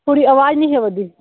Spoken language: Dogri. थोआड़ी अवाज निं ही आवा दी